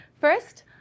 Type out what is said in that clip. First